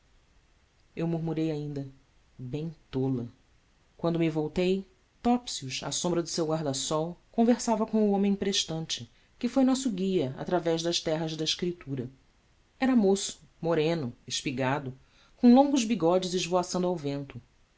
eu murmurei ainda bem tola quando me voltei topsius à sombra do seu guarda-sol conversava com o homem prestante que foi nosso guia através das terras da escritura era moço moreno espigado com longos bigodes esvoaçando ao vento